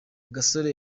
gasore